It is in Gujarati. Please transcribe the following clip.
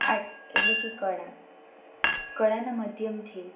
આર્ટ એટલે કે કળા કળાના માધ્યમથી